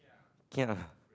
can ya